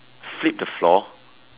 sweep the floor